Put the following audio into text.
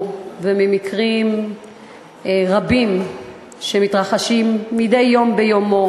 וממקרים רבים שמתרחשים מדי יום ביומו,